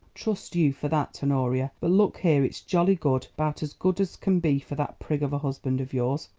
trust you for that, honoria but look here, it's jolly good, about as good as can be for that prig of a husband of yours.